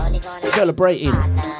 Celebrating